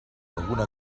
alguna